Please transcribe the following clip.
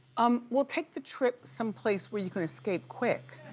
um well, take the trip some place where you can escape quick.